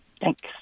Thanks